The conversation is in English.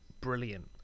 brilliant